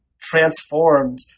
transformed